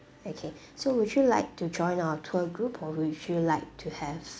okay so would you like to join our tour group or would you feel like to have